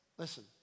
Listen